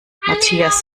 matthias